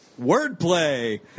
Wordplay